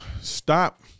Stop